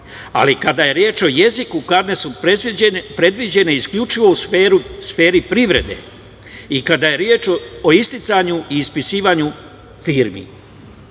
ali kada je reč o jeziku kazne su predviđene isključivo u sferi privrede i kada je reč o isticanju i ispisivanju firmi.